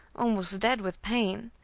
almost dead with pain,